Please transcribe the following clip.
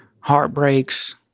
heartbreaks